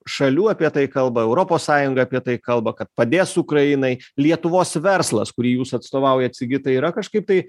šalių apie tai kalba europos sąjunga apie tai kalba kad padės ukrainai lietuvos verslas kurį jūs atstovaujat sigitai yra kažkaip tai